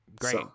Great